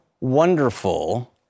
wonderful